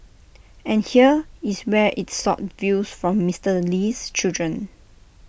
and here is where IT sought views from Mister Lee's children